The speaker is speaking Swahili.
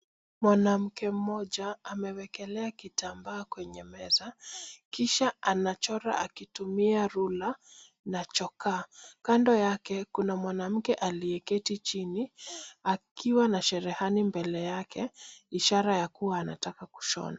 Mwanamke mmoja amewekelea kitambaa kwenye meza kisha anachora akitumia rula na chokaa. Kando yake kuna mwanamke aliyeketi chini akiwa na cherehani mbele yake ishara ya kuwa anataka kushona.